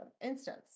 instance